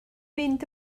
mynd